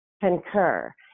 concur